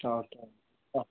okay వ